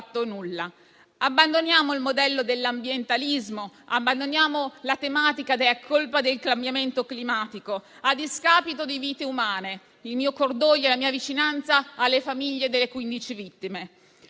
Abbandoniamo il modello dell'ambientalismo, abbandoniamo la tematica secondo cui è colpa del cambiamento climatico, a discapito delle vite umane. Il mio cordoglio e la mia vicinanza vanno alle famiglie delle 15 vittime.